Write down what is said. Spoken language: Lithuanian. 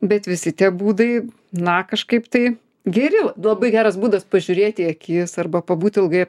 bet visi tie būdai na kažkaip tai geri labai geras būdas pažiūrėti į akis arba pabūti ilgai